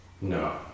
No